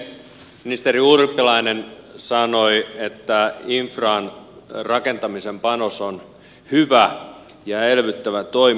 ministeri urpilainen sanoi että panostaminen infran rakentamiseen on hyvä ja elvyttävä toimi